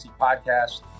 Podcast